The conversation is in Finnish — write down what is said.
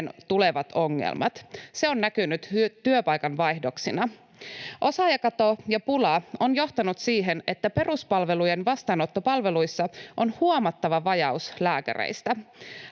tulevat ongelmat. Se on näkynyt työpaikan vaihdoksina. Osaajakato ja -pula on johtanut siihen, että peruspalvelujen vastaanottopalveluissa on huomattava vajaus lääkäreistä.